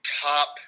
top